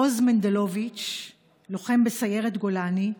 עוז מנדלוביץ', לוחם בסיירת גולני,